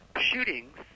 shootings